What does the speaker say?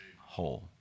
whole